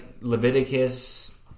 Leviticus